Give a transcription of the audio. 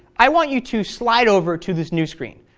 i want you to slide over to this new screen.